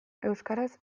euskaraz